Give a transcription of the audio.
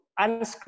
unscripted